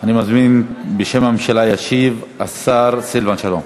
אני מזמין, בשם הממשלה ישיב השר סילבן שלום.